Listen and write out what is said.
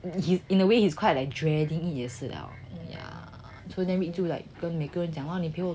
you in a way he is quit like dreading it 也是 lah so then vick 就 like 跟每个人讲 lor